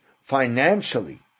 financially